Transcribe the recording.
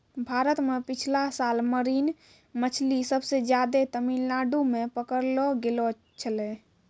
भारत मॅ पिछला साल मरीन मछली सबसे ज्यादे तमिलनाडू मॅ पकड़लो गेलो छेलै